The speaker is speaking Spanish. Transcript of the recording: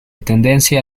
tendencia